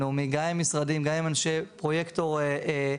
בטח לא משרד האוצר או משרד אחר.